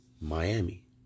Miami